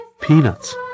Peanuts